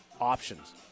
options